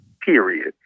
period